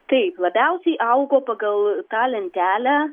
taip labiausiai augo pagal tą lentelę